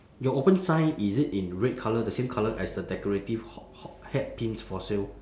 your open sign is it in red colour the same colour as the decorative ho~ ho~ hatpins for sale